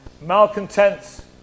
malcontents